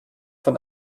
von